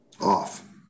Off